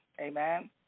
Amen